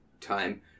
time